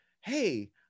hey